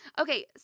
Okay